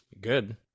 Good